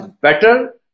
better